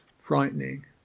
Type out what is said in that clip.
frightening